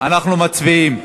אנחנו מצביעים.